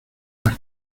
las